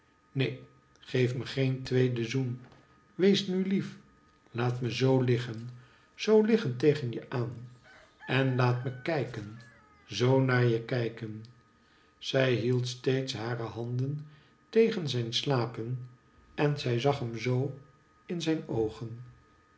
neen geef me geen tweeden zoen wees nu lief laat me zoo liggen zoo liggen tegen je aan en laat me kijken zoo naarje kijken zij hield steeds hare handen tegen zijn slapen en zij zag hem zoo in zijn oogen